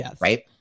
right